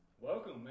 Welcome